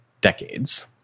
decades